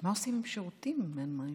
מה עושים עם שירותים אם אין מים?